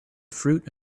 fruit